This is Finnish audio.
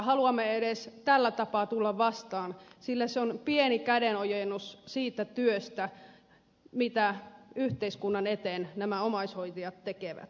haluamme edes tällä tapaa tulla vastaan sillä se on pieni kädenojennus siitä työstä mitä yhteiskunnan eteen nämä omaishoitajat tekevät